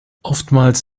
oftmals